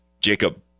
Jacob